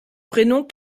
prénom